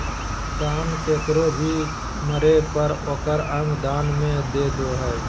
दान केकरो भी मरे पर ओकर अंग दान में दे दो हइ